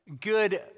good